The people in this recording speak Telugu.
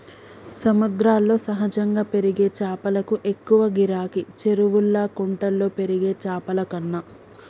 సముద్రాల్లో సహజంగా పెరిగే చాపలకు ఎక్కువ గిరాకీ, చెరువుల్లా కుంటల్లో పెరిగే చాపలకన్నా